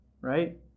right